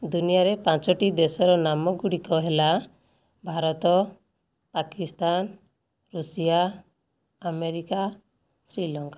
ଦୁନିଆରେ ପାଞ୍ଚଟି ଦେଶର ନାମଗୁଡ଼ିକ ହେଲା ଭାରତ ପାକିସ୍ତାନ ଋଷିଆ ଆମେରିକା ଶ୍ରୀଲଙ୍କା